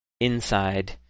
inside